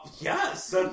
Yes